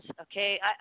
okay